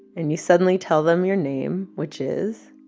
and you suddenly tell them your name, which is.